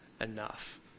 enough